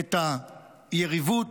את היריבות,